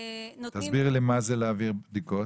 תסבירי לי, מה זה להעביר בדיקות?